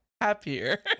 happier